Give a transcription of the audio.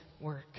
work